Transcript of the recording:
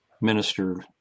minister